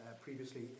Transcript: previously